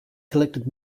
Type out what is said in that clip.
collected